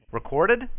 Recorded